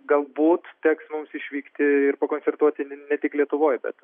galbūt teks mums išvykti ir pakoncertuoti ne tik lietuvoj bet